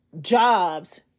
jobs